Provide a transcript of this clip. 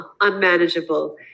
unmanageable